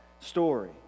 story